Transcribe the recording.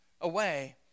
away